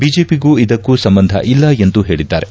ಬಿಜೆಪಿಗೂ ಇದಕ್ಕೂ ಸಂಬಂಧ ಇಲ್ಲ ಎಂದು ಹೇಳಿದ್ದಾರೆ